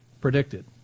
predicted